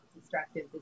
Destructive